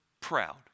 proud